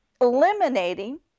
eliminating